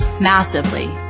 Massively